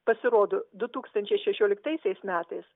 pasirodo du tūkstančiai šešioliktaisiais metais